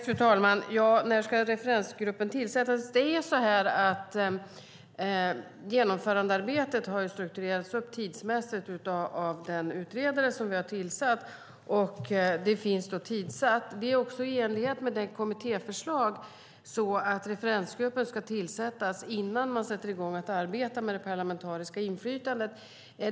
Fru talman! När det gäller när referensgruppen ska tillsättas har genomförandearbetet strukturerats upp tidsmässigt av den utredare som vi har tillsatt. Det är också i enlighet med kommittéförslaget så att referensgruppen ska tillsättas innan man sätter i gång att arbeta med det parlamentariska inflytandet.